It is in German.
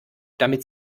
damit